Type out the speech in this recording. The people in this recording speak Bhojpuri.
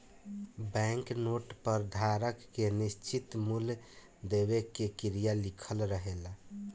बैंक नोट पर धारक के निश्चित मूल देवे के क्रिया लिखल रहेला